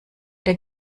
der